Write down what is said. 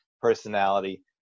personality